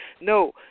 No